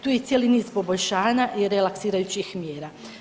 Tu je cijeli niz poboljšanja i relaksirajućih mjera.